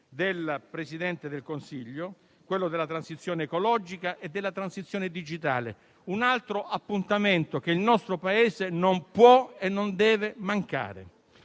della Presidente del Consiglio. Quello della transizione ecologica e digitale è un altro appuntamento a cui il nostro Paese non può e non deve mancare.